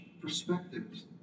perspectives